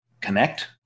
connect